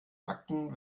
akten